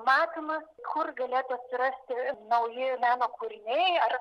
matymas kur galėtų atsirasti nauji meno kūriniai ar